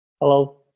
Hello